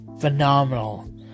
phenomenal